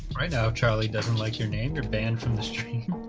right now charlie doesn't like your name you're banned from the street